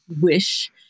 wish